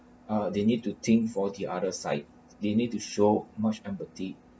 uh they need to think for the other side they need to show much empathy